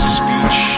speech